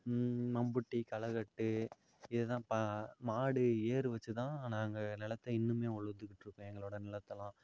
மம்புட்டி களைகட்டு இதுதான் பா மாடு ஏர் வச்சு தான் நாங்கள் நிலத்த இன்னுமே உழுதுக்கிட்டு இருக்கோம் எங்களோட நிலத்தலாம்